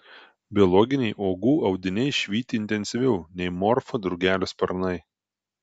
biologiniai uogų audiniai švyti intensyviau nei morfo drugelio sparnai